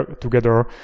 together